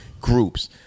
groups